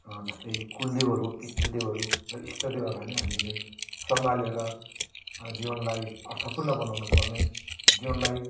जस्तै कुलदेवहरू पितृदेवहरू है इष्टदेवहरूलाई नि हामीले सँगालेर जीवनलाई अर्थपूर्ण बनाउनु पर्ने जीवनलाई